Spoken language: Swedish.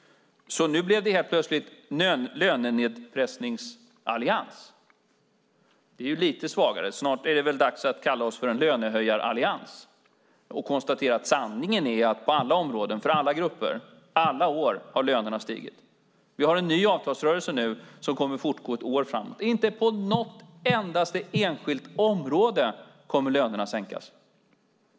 Nu blev det helt plötsligt en lönenedpressningsallians. Det är ju lite svagare. Snart är det väl dags att kalla oss för en lönehöjarallians och konstatera att sanningen är att lönerna på alla områden, för alla grupper och i alla år har stigit. Vi har en ny avtalsrörelse som kommer att fortgå ett år framåt. Inte på något enskilt område kommer lönerna att sänkas.